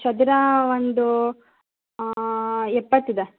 ಚದರ ಒಂದು ಎಪ್ಪತ್ತು ಇದೆ